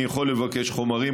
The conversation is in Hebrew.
אני יכול לבקש חומרים,